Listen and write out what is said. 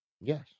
Yes